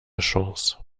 chance